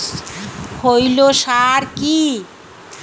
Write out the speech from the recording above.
খৈল সার কি?